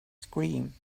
scream